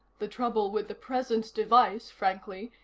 the trouble with the present device, frankly,